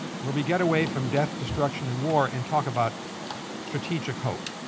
where we get away from death, destruction, and war and talk about strategic hope.